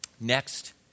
Next